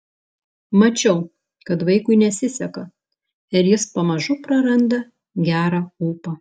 mačiau kad vaikui nesiseka ir jis pamažu praranda gerą ūpą